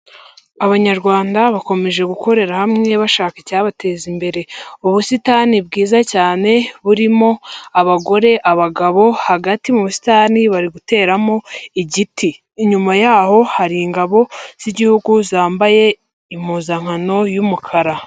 Abanyarwanda bakomeje gukorera hamwe bashaka icyabateza imbere, ubusitani bwiza cyane burimo abagore, abagabo, hagati mu busitani bari guteramo igiti inyuma yaho hari ingabo z'igihugu zambaye impuzankano y'umukara.